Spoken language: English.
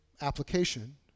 application